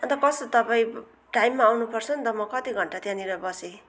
अनि त कस्तो तपाईँ टाइममा आउनुपर्छ नि त म कति घन्टा त्यहाँनिर बसेँ